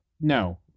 no